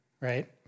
right